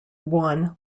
one